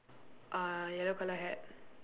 uh yellow colour hat